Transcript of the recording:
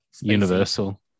universal